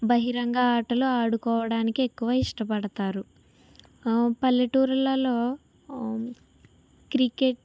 బహిరంగ ఆటలు ఆడుకోవడానికి ఎక్కువ ఇష్టపడతారు పల్లెటూళ్ళలో క్రికెట్